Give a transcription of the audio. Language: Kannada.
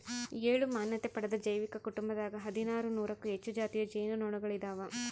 ಏಳು ಮಾನ್ಯತೆ ಪಡೆದ ಜೈವಿಕ ಕುಟುಂಬದಾಗ ಹದಿನಾರು ನೂರಕ್ಕೂ ಹೆಚ್ಚು ಜಾತಿಯ ಜೇನು ನೊಣಗಳಿದಾವ